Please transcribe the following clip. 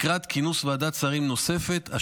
לקראת כינוס ועדת שרים נוספת,